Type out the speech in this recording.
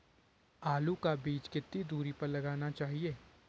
आलू का बीज कितनी दूरी पर लगाना चाहिए?